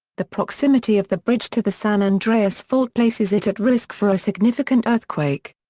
the proximity of the bridge to the san andreas fault places it at risk for a significant earthquake.